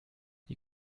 die